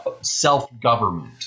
self-government